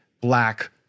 black